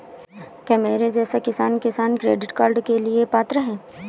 क्या मेरे जैसा किसान किसान क्रेडिट कार्ड के लिए पात्र है?